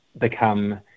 become